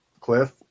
Cliff